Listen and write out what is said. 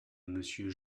monsieur